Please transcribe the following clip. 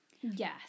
Yes